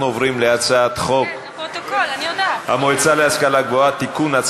אנחנו עוברים להצעת חוק המועצה להשכלה גבוהה (תיקון,